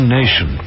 nation